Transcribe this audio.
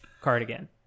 cardigan